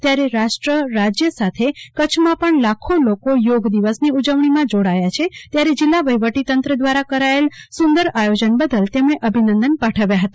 ત્યારે રાષ્ટ્ર રાજય સાથે કચ્છમાં પણ લાખો લોકો યોગ દિવસની ઉજવણીમાં જોડાયેલા છે ત્યારે જિલ્લા વહીવટી તંત્ર દવારા કરાયેલ સુંદર આયોજન બદલ તેમણે અભિનંદન પાઠવ્યા હતા